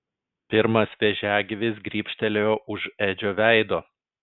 pirmas vėžiagyvis grybštelėjo už edžio veido